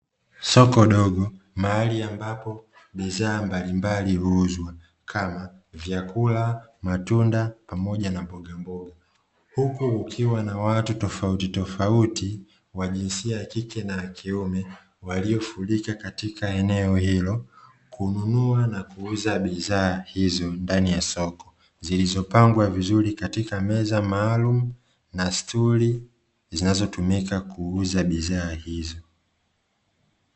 Soko dogo mahali ambapo bidhaa mbalimbali huuzwa kama vyakula, matunda pamoja na mbogamboga, huku kukiwa na watu tofautitofauti wa jinsia ya kike na kiume, waliofurika katika eneo hilo kununua na kuuza bidhaa hizo ndani ya soko, zilizopangwa vizuri katika meza maalumu na stuli zinazotumika kuuza bidhaa hizo.